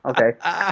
Okay